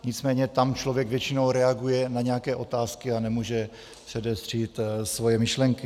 Nicméně tam člověk většinou reaguje na nějaké otázky a nemůže předestřít svoje myšlenky.